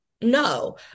No